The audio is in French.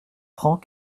francs